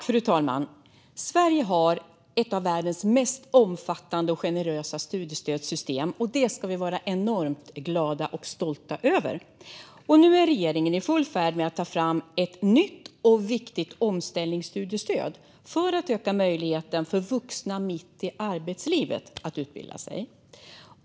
Fru talman! Sverige har ett av världens mest omfattande och generösa studiestödssystem, och det ska vi vara enormt glada och stolta över. Nu är regeringen i full färd med att ta fram ett nytt och viktigt omställningsstudiestöd för att öka möjligheten för vuxna mitt i arbetslivet att utbilda sig.